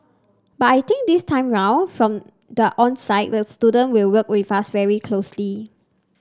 but I think this time round from the onset the student will work with us very closely